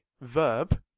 verb